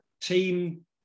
team